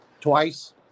twice